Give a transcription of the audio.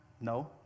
No